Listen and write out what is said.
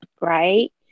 Right